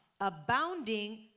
Abounding